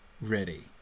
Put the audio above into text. ready